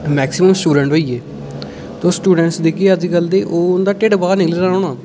maximum student होई गे तुस स्टुडेंट दिखगे अजकल दे ते उं'दा ढिड्ड बाह्र निकले दा होना